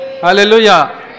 Hallelujah